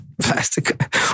Plastic